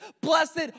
Blessed